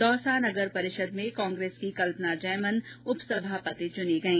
दौसा नगर परिषद में कांग्रेस की कल्पना जैमन उपसभापति चुनी गई